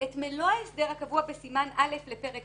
- -"את מלוא ההסדר הקבוע בסימן א' לפרק